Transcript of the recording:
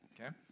okay